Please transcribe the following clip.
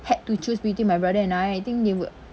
had to choose between my brother and I think they would